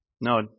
No